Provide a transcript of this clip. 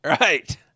Right